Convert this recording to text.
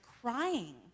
crying